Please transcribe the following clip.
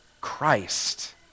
Christ